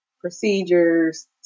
procedures